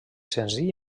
senzill